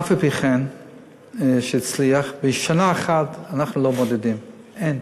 אף-על-פי שהצליח, בשנה אחת אנחנו לא מודדים, אין.